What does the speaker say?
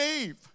Eve